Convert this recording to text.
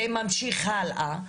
וממשיך הלאה.